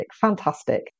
Fantastic